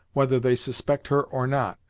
whether they suspect her or not,